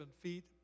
feet